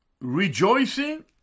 rejoicing